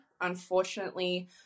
Unfortunately